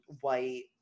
white